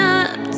up